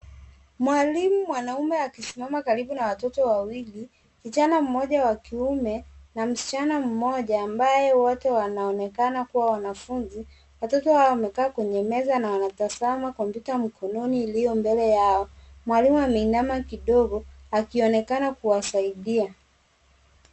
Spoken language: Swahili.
Mwalimu mwanaume akisimama karibu na watoto wawili, kijana mmoja wa kiume na msichana mmoja ambaye wote wanaonekana kuwa wanafunzi. Watoto hao wameketi kwenye meza na wanatazama kompyuta mkononi iliyo mbele yao. Mwalimu ameinama kidogo akionekana kuwasaidia.